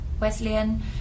Wesleyan